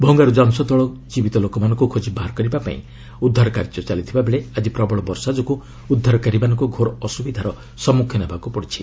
ଭଙ୍ଗାର୍ଜା ଅଂଶ ତଳକୁ ଜୀବିତ ଲୋକମାନଙ୍କୁ ଖୋଜିବାହାର କରିବା ପାଇଁ ଉଦ୍ଧାର କାର୍ଯ୍ୟ ଚାଲିଥିଲାବେଳେ ଆଜି ପ୍ରବଳ ବର୍ଷା ଯୋଗୁଁ ଉଦ୍ଧାରକାରୀମାନଙ୍କୁ ଘୋର ଅସୁବିଧାର ସମ୍ମୁଖୀନ ହେବାକୁ ପଡିଥିଲା